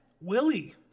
Willie